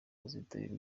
azitabira